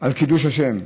על קידוש השם.